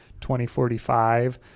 2045